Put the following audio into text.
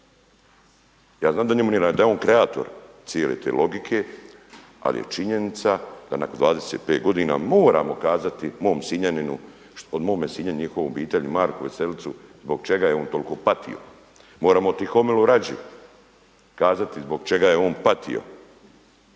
Ja znam da njemu nije, da je on kreator cijele te logike. Ali je činjenica da nakon 25 godina moramo kazati mom Sinjaninu, njihovoj obitelji Marku Veselicu zbog čega je on toliko patio. Moramo Tihomilu Rađi kazati zbog čega je on patio